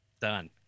Done